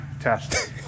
test